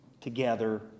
together